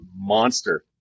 monster